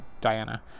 Diana